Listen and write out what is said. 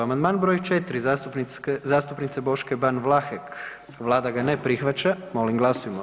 Amandman broj 4. zastupnice Boške Ban Vlahek, Vlada ga ne prihvaća, molim glasujmo.